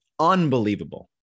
unbelievable